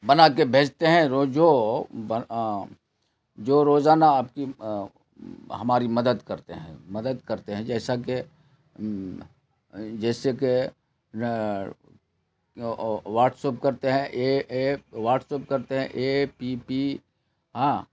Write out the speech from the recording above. بنا کے بھیجتے ہیں روز جو جو روزانہ آپ کی ہماری مدد کرتے ہیں مدد کرتے ہیں جیسا کہ جیسے کہ واٹسایپ کرتے ہیں اے اے واٹسایپ کرتے ہیں اے پی پی ہاں